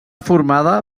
formada